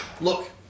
Look